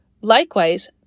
likewise